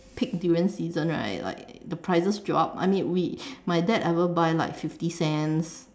peak durian season right like the prices drop I mean we my dad ever buy like fifty cents